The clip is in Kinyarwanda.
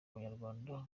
banyarwanda